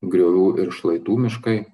griovių ir šlaitų miškai